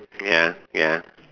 ya ya